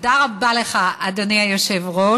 תודה רבה לך, אדוני היושב-ראש.